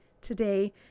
Today